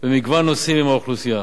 במגוון נושאים עם האוכלוסייה.